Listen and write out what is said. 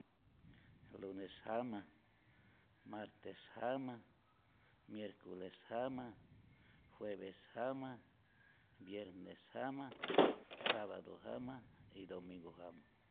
Lunes jama martes jama miercules jama jueves jama viernes jama sabadu jama y domingu jama